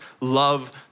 love